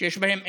שיש בהן אחד,